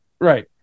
right